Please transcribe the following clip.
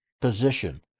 position